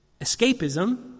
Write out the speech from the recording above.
escapism